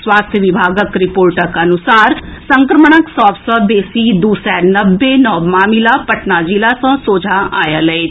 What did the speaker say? स्वास्थ्य विभागक रिपोर्टक अनुसार संक्रमणक सभ सँ बेसी दू सय नब्बे नव मामिला पटना जिला सँ सोझा आयल अछि